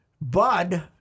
Bud